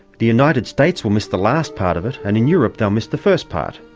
the united states will miss the last part of it, and in europe they'll miss the first part.